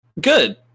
good